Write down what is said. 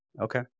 Okay